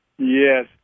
Yes